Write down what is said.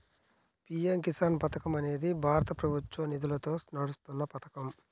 PM Kisan పథకం అనేది భారత ప్రభుత్వ నిధులతో నడుస్తున్న పథకం